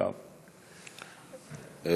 אגב,